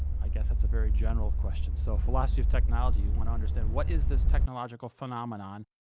i guess that's a very general question. so philosophy of technology, you want to understand what is this technological phenomenon,